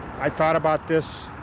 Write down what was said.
i thought about this,